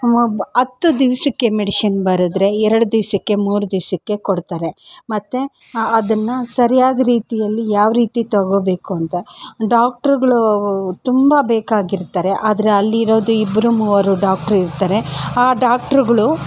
ಬ್ ಹತ್ತು ದಿವಸಕ್ಕೆ ಮೆಡಿಷಿನ್ ಬರೆದ್ರೆ ಎರ್ಡು ದಿವಸಕ್ಕೆ ಮೂರು ದಿವಸಕ್ಕೆ ಕೊಡ್ತಾರೆ ಮತ್ತೆ ಅದನ್ನು ಸರಿಯಾದ ರೀತಿಯಲ್ಲಿ ಯಾವ ರೀತಿ ತೊಗೋಬೇಕು ಅಂತ ಡಾಕ್ಟ್ರ್ಗಳು ತುಂಬ ಬೇಕಾಗಿರ್ತಾರೆ ಆದರೆ ಅಲ್ಲಿರೋದು ಇಬ್ಬರು ಮೂವರು ಡಾಕ್ಟ್ರ್ ಇರ್ತಾರೆ ಆ ಡಾಕ್ಟ್ರುಗಳು